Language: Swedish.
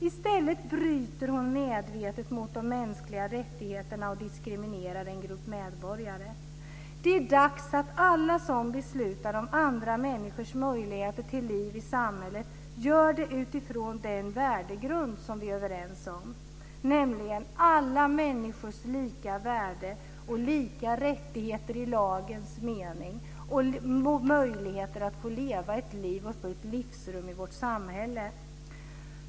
I stället bryter hon medvetet mot de mänskliga rättigheterna och diskriminerar en grupp medborgare. Det är dags att alla som beslutar om andra människors möjligheter till liv i samhället gör det utifrån den värdegrund som vi är överens om, nämligen alla människors lika värde och lika rättigheter i lagens mening, möjligheter att leva ett liv och få ett livsrum i vårt samhälle.